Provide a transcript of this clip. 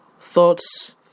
thoughts